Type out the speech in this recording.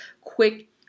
quick